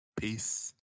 Peace